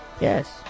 Yes